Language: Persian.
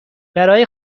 برای